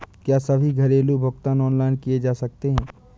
क्या सभी घरेलू भुगतान ऑनलाइन किए जा सकते हैं?